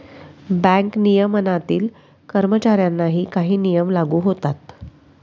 bank नियमनातील कर्मचाऱ्यांनाही काही नियम लागू होतात